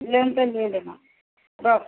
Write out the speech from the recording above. लेब तऽ ले लेना बस